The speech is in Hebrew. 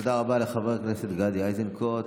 תודה רבה לחבר הכנסת גדי איזנקוט.